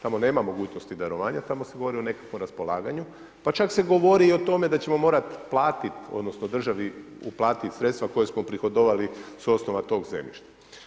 Tamo nema mogućnosti darovanja, tamo se govori o nekakvom raspolaganju, pa čak se govori i o tome da ćemo morati platiti, odnosno državi uplatiti sredstva koja smo uprihodovali sa osnova tog zemljišta.